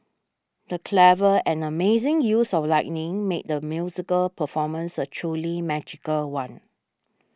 the clever and amazing use of lighting made the musical performance a truly magical one